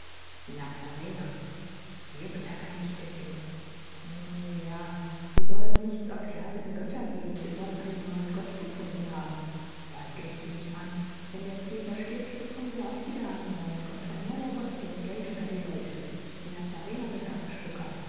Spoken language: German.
nazarener jupiter vernichte sie nun ja sie sollen nichts auf die alten götter geben sie sollen einen neuen gott gefunden haben was geht's mich an wenn der cäsar stirbt bekommen wir auch wieder einen neuen gott ein neuer gott bringt geld unter die leute die nazarener sind arme schlucker